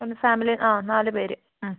ഒന്ന് ഫാമിലി ആ നാല് പേർ